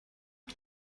این